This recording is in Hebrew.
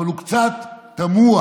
אבל הוא קצת תמוה,